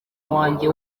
wanjye